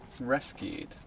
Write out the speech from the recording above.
Rescued